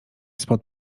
spod